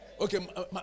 Okay